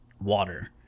water